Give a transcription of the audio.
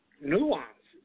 Nuances